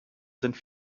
sind